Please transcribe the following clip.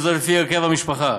לפי הרכב המשפחה,